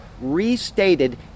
restated